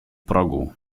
progu